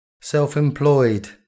self-employed